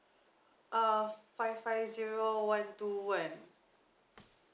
uh five five zero one two one